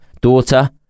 daughter